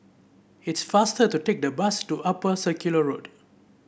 it's faster to take the bus to Upper Circular Road